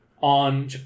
on